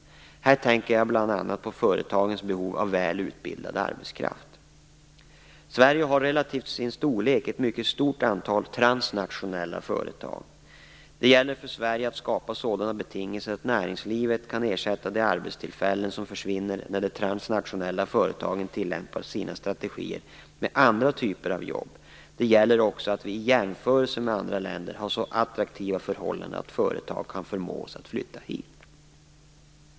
Jag tänker då bl.a. på företagens behov av väl utbildad arbetskraft. Sverige har relativt sin storlek ett mycket stort antal transnationella företag. Det gäller för Sverige att skapa sådana betingelser att näringslivet kan ersätta de arbetstillfällen som försvinner när de transnationella företagen tillämpar sina strategier med andra typer av jobb. Det gäller också att vi i jämförelse med andra länder har så attraktiva förhållanden att företag kan förmås att flytta hit.